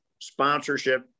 sponsorship